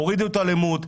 הורידו את האלימות,